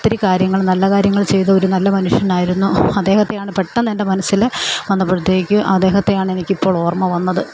ഒത്തിരി കാര്യങ്ങൾ നല്ല കാര്യങ്ങൾ ചെയ്ത ഒരു നല്ല മനുഷ്യനായിരുന്നു അദ്ദേഹത്തെയാണ് പെട്ടെന്നെൻ്റെ മനസ്സിൽ വന്നപ്പോഴത്തേക്ക് അദ്ദേഹത്തെയാണെനിക്കിപ്പോൾ ഓർമ്മ വന്നത്